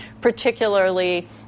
particularly